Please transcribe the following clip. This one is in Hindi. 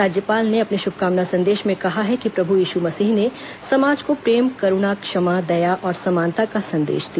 राज्यपाल ने अपने शुभकामना संदेश में कहा है कि प्रभू यीशु मसीह ने समाज को प्रेम करूणा क्षमा दया और समानता का संदेश दिया